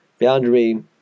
Boundary